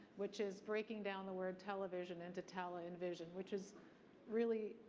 which is breaking down the word television into tele and vision, which is really,